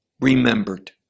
remembered